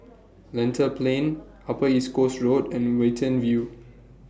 Lentor Plain Upper East Coast Road and Watten View